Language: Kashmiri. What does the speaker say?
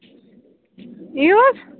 یِیِو حَظ